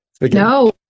no